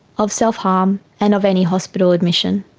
of self-harm and of any hospital admission.